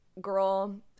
girl